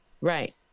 Right